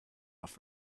off